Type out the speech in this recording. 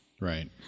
Right